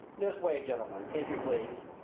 this way, gentlemen, if you please,